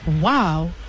wow